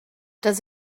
does